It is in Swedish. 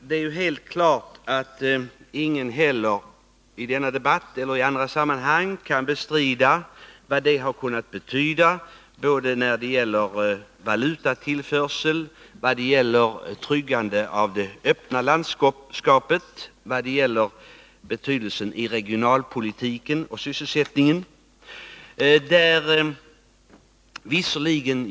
Det är helt klart att ingen heller i denna debatt eller i andra sammanhang kan bestrida vad jordbruket betyder när det gäller valutatillförsel, tryggandet av det öppna landskapet, regionalpolitiken och sysselsättningen etc.